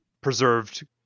preserved